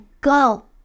Go